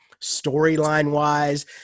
storyline-wise